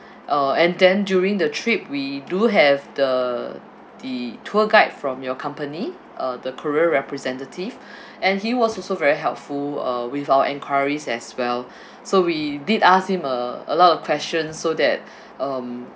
uh and then during the trip we do have the the tour guide from your company uh the korea representative and he was also very helpful uh with our enquiries as well so we did ask him uh a lot of questions so that um